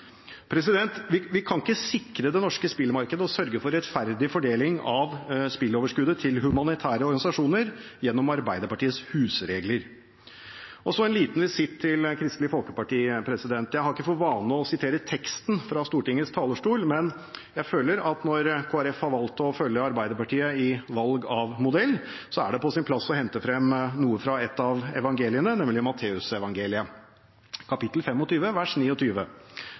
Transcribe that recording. Vi kan ikke sikre det norske spillmarkedet og sørge for rettferdig fordeling av spilloverskuddet til humanitære organisasjoner gjennom Arbeiderpartiets husregler. Så en liten visitt til Kristelig Folkeparti. Jeg har ikke for vane å sitere teksten fra Stortingets talerstol, men jeg føler at når Kristelig Folkeparti har valgt å følge Arbeiderpartiet i valg av modell, er det på sin plass å hente frem noe fra et av evangeliene, nemlig Matteusevangeliet kap. 25, vers